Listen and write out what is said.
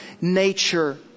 nature